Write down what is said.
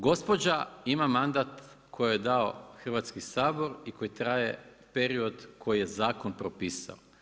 Gospođa ima mandat koji joj je dao Hrvatski sabor i koji traje period koji je zakon propisao.